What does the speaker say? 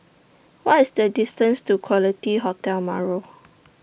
What IS The distance to Quality Hotel Marrow